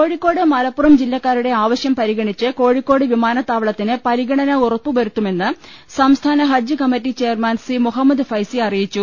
കോഴിക്കോട് മലപ്പുറം ജില്ലക്കാരുടെ ആവശ്യം പരിഗണിച്ച് കോഴിക്കോട് വിമാനത്താവളത്തിന് പരിഗണന ഉറപ്പു വരുത്തുമെന്ന് സംസ്ഥാന ഹജ്ജ് committee chairman C Muhammad Faizy അറിയിച്ചു